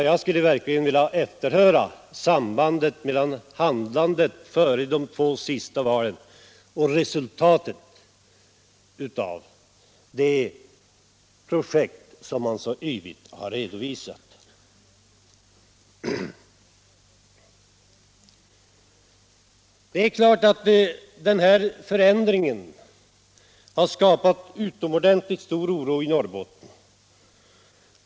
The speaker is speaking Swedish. Jag skulle verkligen vilja efterhöra sambandet mellan handlandet före de två senaste valen och resultatet av de projekt som man så yvigt har redovisat. Det är klart att den här förändringen har skapat utomordentligt stor oro i Norrbotten.